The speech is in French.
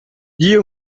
dix